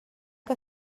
que